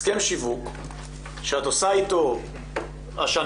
הסכם שיווק שאתה עושה איתו השנה,